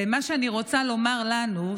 ומה שאני רוצה לומר לנו,